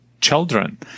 children